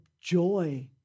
joy